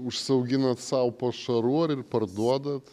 užsiauginat sau pašarų ar ir parduodat